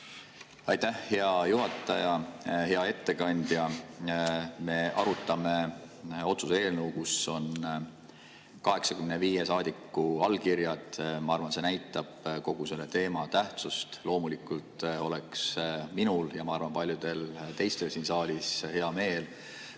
Aitäh, hea juhataja! Hea ettekandja! Me arutame otsuse eelnõu, kus on 85 saadiku allkiri. Ma arvan, et see näitab kogu selle teema tähtsust. Loomulikult oleks minul ja paljudel teistel siin saalis hea meel,